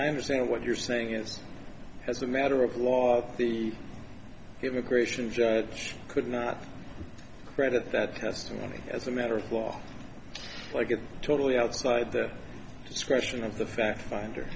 i understand what you're saying is as a matter of law the immigration judge could not read it that testimony as a matter of law like it totally outside the discretion of the fact finder